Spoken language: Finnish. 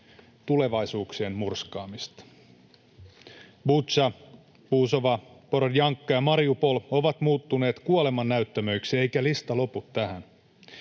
tulevaisuuksien murskaamista. Butša, Buzova, Borodjanka ja Mariupol ovat muuttuneet kuoleman näyttämöiksi, eikä lista lopu tähän.